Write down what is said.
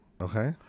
Okay